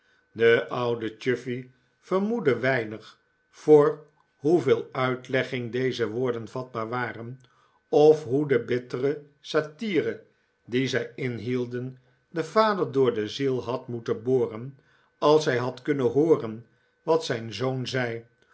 de oude chuffey vermoedde weinig voor hoeveel uitlegging deze woorden vatbaar waren of hoe de bittere satire die zij inhielden den vader door de ziel had moeten boren als hij had kunnen hooren wat zijn zoon